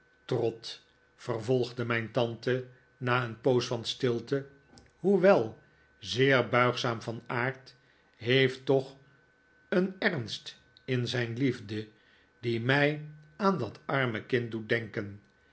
trot vervolgde mijn tante na een poos van stilte hoewel zeer buigzaam van aard heeft toch een ernst in zijn liefde die mij aan dat arme kind doet denken